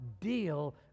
deal